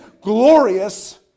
glorious